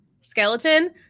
skeleton